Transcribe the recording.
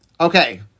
Okay